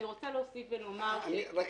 אני רוצה שתעני לי, גברתי.